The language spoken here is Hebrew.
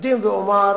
אקדים ואומר,